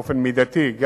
ובאופן מידתי,